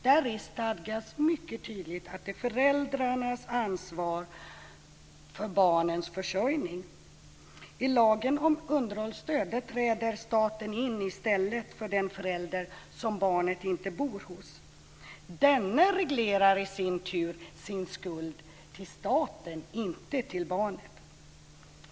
Däri stadgas mycket tydligt att det är föräldrarna som har ansvaret för barnens försörjning. I lagen om underhållsstöd träder staten in i stället för den förälder som barnet inte bor hos. Denne reglerar i sin tur sin skuld till staten, inte till barnet.